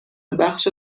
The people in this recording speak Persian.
بخش